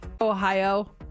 Ohio